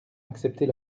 accepter